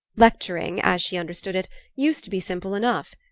lecturing as she understood it used to be simple enough.